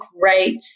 great